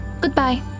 Goodbye